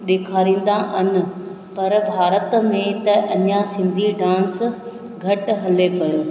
ॾेखारींदा आहिनि पर भारत में त अञा सिंधी डांस घटि हले पियो